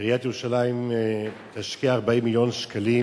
עיריית ירושלים תשקיע 40 מיליון שקלים